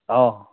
অঁঁ